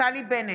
נפתלי בנט,